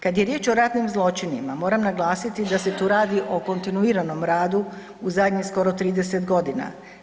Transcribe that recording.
Kad je riječ o ratnim zločinima, moram naglasiti da se tu radi o kontinuiranom radu u zadnje skoro 30 godina.